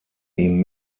ihm